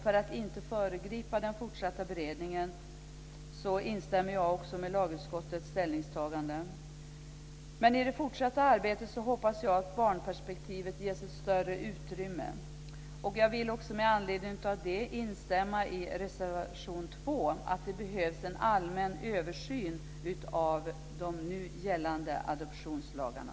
För att inte föregripa den fortsatta beredningen delar jag lagutskottets ställningstagande. I det fortsatta arbetet hoppas jag att barnperspektivet ges ett större utrymme. Med anledning av detta delar jag uppfattningen i reservation 2, att det behövs en allmän översyn av de nu gällande adoptionslagarna.